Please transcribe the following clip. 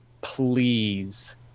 please